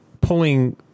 pulling